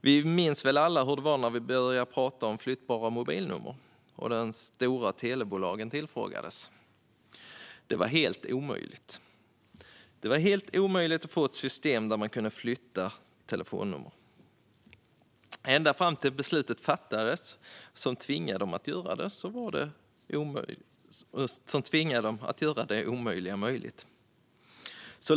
Vi minns väl alla hur det var när vi började prata om flyttbara mobilnummer och de stora telebolagen tillfrågades. Det var helt omöjligt, sa de. Det var helt omöjligt att få ett system där man kunde flytta telefonnummer - ända fram till dess att det beslut fattades som tvingade dem att göra det omöjliga möjligt.